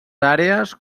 àrees